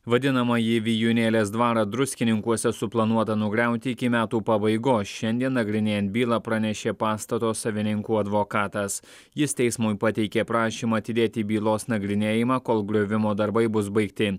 vadinamąjį vijūnėlės dvarą druskininkuose suplanuota nugriauti iki metų pabaigos šiandien nagrinėjant bylą pranešė pastato savininkų advokatas jis teismui pateikė prašymą atidėti bylos nagrinėjimą kol griovimo darbai bus baigti